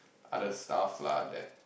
other stuffs lah that